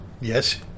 yes